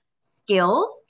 skills